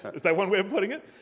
is that one way of putting it?